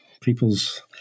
people's